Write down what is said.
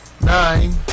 Nine